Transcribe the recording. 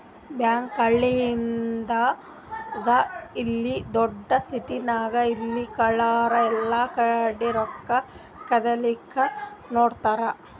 bank ಹಳ್ಳಿದಾಗ್ ಇರ್ಲಿ ದೊಡ್ಡ್ ಸಿಟಿದಾಗ್ ಇರ್ಲಿ ಕಳ್ಳರ್ ಎಲ್ಲಾಕಡಿ ರೊಕ್ಕಾ ಕದಿಲಿಕ್ಕ್ ನೋಡ್ತಾರ್